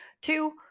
Two